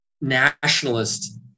nationalist